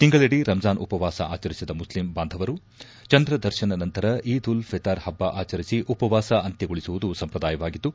ತಿಂಗಳಿಡೀ ರಂಜಾನ್ ಉಪವಾಸ ಆಚರಿಸಿದ ಮುಸ್ಲಿಂ ಬಾಂಧವರು ಚಂದ್ರ ದರ್ಶನ ನಂತರ ಈದ್ ಉಲ್ ಫಿತಾರ್ ಹಬ್ಲ ಆಚರಿಸಿ ಉಪವಾಸ ಅಂತ್ಲಗೊಳಿಸುವುದು ಸಂಪ್ರದಾಯವಾಗಿದ್ದು